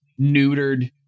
neutered